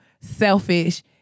selfish